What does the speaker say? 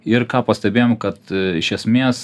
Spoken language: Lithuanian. ir ką pastebėjom kad iš esmės